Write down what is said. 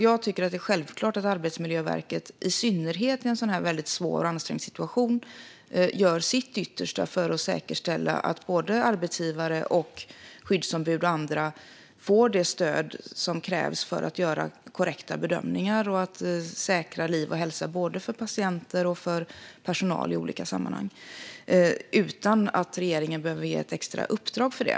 Jag tycker att det är självklart att Arbetsmiljöverket, i synnerhet i en sådan här väldigt svår och ansträngd situation, gör sitt yttersta för att säkerställa att arbetsgivare, skyddsombud och andra får det stöd som krävs för att göra korrekta bedömningar och säkra liv och hälsa för både patienter och personal utan att regeringen behöver ge ett extra uppdrag.